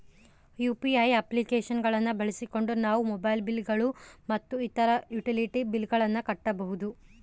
UPI application ಗಳನ್ನ ಬಳಸಿಕೊಂಡು ನಾವು ಮೊಬೈಲ್ ಬಿಲ್ ಗಳು ಮತ್ತು ಇತರ ಯುಟಿಲಿಟಿ ಬಿಲ್ ಗಳನ್ನ ಕಟ್ಟಬಹುದು